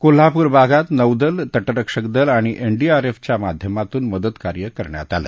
कोल्हापूर भागात नौदल तटरक्षक दल आणि एन डी आर एफ च्या माध्यमातून मदतकार्य करण्यात आलं